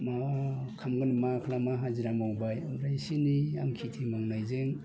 मा खालामगोन मा खालामा हाजिरा मावबाय आरो एसे एनै आं खेथि मावनायजों